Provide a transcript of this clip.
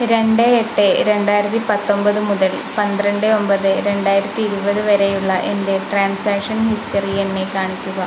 രണ്ട് എട്ട് രണ്ടായിരത്തി പത്തൊമ്പത് മുതൽ പന്ത്രണ്ട് ഒമ്പത് രണ്ടായിരത്തി ഇരുപത് വരെയുള്ള എൻ്റെ ട്രാൻസാക്ഷൻ ഹിസ്റ്ററി എന്നെ കാണിക്കുക